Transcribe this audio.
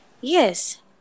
Yes